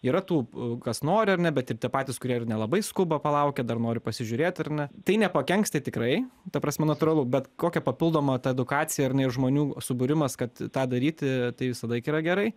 yra tų kas nori ar ne bet ir tie patys kurie ir nelabai skuba palaukia dar nori pasižiūrėt ar ne tai nepakenks tai tikrai ta prasme natūralu bet kokia papildoma ta edukacija ir jinai žmonių subūrimas kad tą daryti tai visąlaik yra gerai